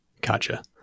Gotcha